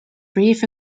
brief